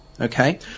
Okay